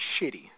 shitty